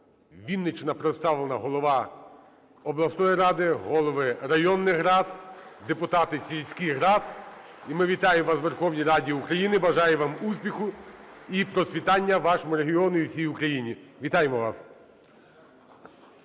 Вінниччина представлена: голова обласної ради, голови районних рад, депутати сільських рад. І ми вітаємо вас в Верховній Раді України! Бажаю вам успіху і процвітання вашому регіону і усій Україні. Вітаємо вас!